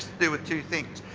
do with two things.